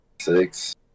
Six